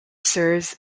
serves